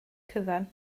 cyfan